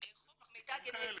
חוק מידע גנטי.